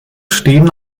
stehen